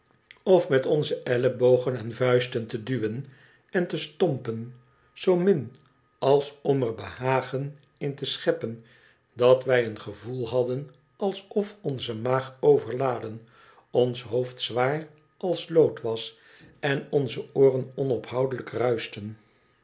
of met onze ellebogen en vuisten te duwen en te stompen zoomin als om er behagen in te scheppen dat wij een gevoel hadden alsof onze maag overladen ons hoofd zwaar als lood was en onze ooren onophoudelijk ruischten